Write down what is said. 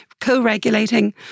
co-regulating